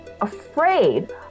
afraid